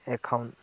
account